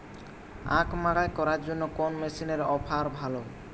আখ মাড়াই করার জন্য কোন মেশিনের অফার ভালো?